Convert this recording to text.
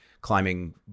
climbing